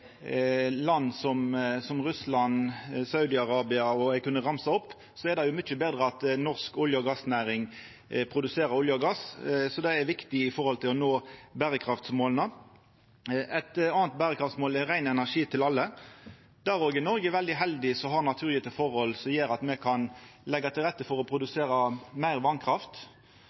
land som Russland og Saudi-Arabia – eg kunne ha ramsa opp fleire. Det er mykje betre at norsk olje- og gassnæring produserer olje og gass, så det er viktig med tanke på å nå berekraftsmåla. Eit anna berekraftsmål er rein energi til alle. Der òg er Noreg veldig heldige som har naturgjevne forhald som gjer at me kan leggja til rette for å produsera meir